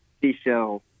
seashell